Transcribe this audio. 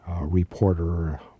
reporter